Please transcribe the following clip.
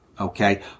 Okay